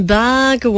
back